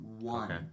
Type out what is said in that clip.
one